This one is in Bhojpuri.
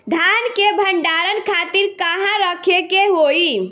धान के भंडारन खातिर कहाँरखे के होई?